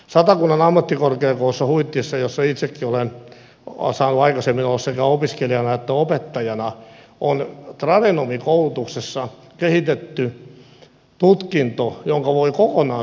satakunnan ammattikorkeakoulussa huittisissa jossa itsekin olen saanut aikaisemmin olla sekä opiskelijana että opettajana on tradenomikoulutuksessa kehitetty tutkinto jonka voi kokonaan suorittaa etänä